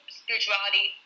spirituality